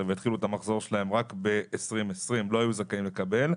והתחילו את המחזור שלהם רק ב-2020 לא היו זכאים לקבל.